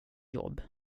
jobb